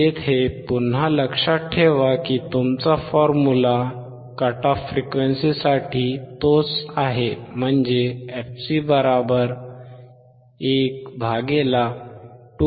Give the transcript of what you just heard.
येथे पुन्हा लक्षात ठेवा की तुमचा फॉर्म्युला कट ऑफ फ्रिक्वेंसी साठी तोच आहे म्हणजे fc 12πRC